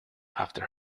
after